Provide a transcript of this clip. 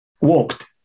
walked